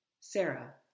Sarah